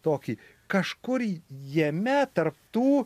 tokį kažkur jame tarp tų